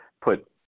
put